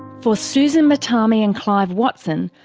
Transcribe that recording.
for susan mutami and clive watson,